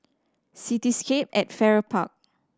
Cityscape at Farrer Park